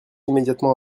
immédiatement